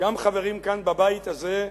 גם חברים כאן בבית הזה,